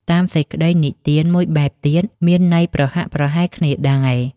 តាមសេចក្ដីនិទានមួយបែបទៀត មានន័យប្រហាក់ប្រហែលគ្នាដែរ។